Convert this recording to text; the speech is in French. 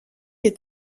est